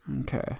Okay